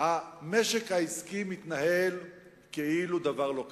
המשק העסקי מתנהל כאילו דבר לא קרה.